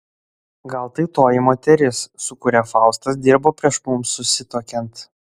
gal tai toji moteris su kuria faustas dirbo prieš mums susituokiant